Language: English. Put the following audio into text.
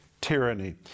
tyranny